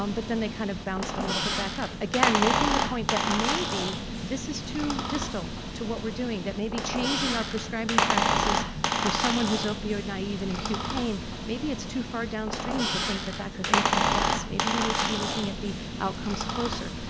um but then they kind of bounced a little bit back up. again, making the point that maybe this is too distal to what we're doing, that maybe changing our prescribing practices for someone who's opioid naive in acute pain, maybe it's too far downstream to think that that could impact us. maybe we need to be looking at the outcomes closer.